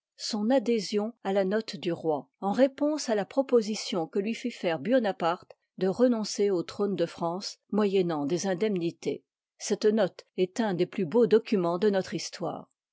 son adhésion à la note du roi en réponse à la proposition que lui fit faire buonaparte de renoncer au trône de france moyennant des indemnités cette note est un des plus beaux documens de notre histoire